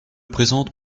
présente